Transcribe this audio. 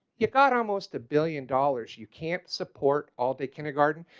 you got almost a billion dollars. you can't support. all day kindergarten.